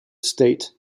state